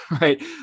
right